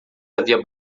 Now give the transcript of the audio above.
havia